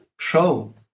show